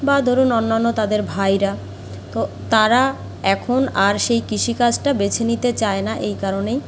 বা ধরুন অন্যান্য তাদের ভাইরা তো তারা এখন আর সেই কৃষিকাজটা বেছে নিতে চায় না এই কারণেই